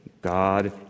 God